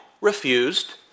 refused